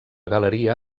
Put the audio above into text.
galeria